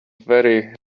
very